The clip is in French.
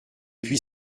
puis